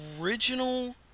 original